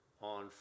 on